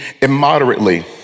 immoderately